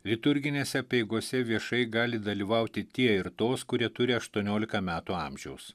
liturginėse apeigose viešai gali dalyvauti tie ir tos kurie turi aštuoniolika metų amžiaus